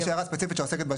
יש הערה ספציפית שעוסקת,